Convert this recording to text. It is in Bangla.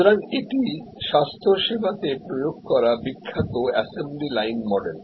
সুতরাং এটি স্বাস্থ্যসেবাতে প্রয়োগ করা বিখ্যাত assembly লাইন মডেল